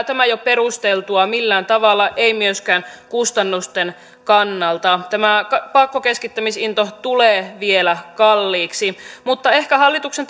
tämä ei ole perusteltua millään tavalla ei myöskään kustannusten kannalta tämä pakkokeskittämisinto tulee vielä kalliiksi mutta ehkä hallituksen